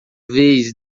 vez